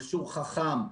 מכשור חכם,